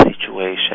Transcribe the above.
situation